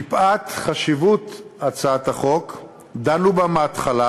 מפאת חשיבות הצעת החוק דנו בה מההתחלה,